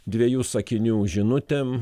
dviejų sakinių žinutėm